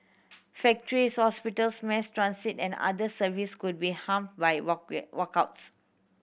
factories hospitals mass transit and other service could be hampered by walkouts